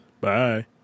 Bye